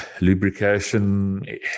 Lubrication